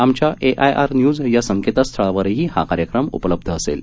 आमच्या AIR news या संकेस्थळावरही हा कार्यक्रम उपलब्ध असेल